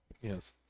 Yes